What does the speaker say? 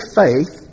faith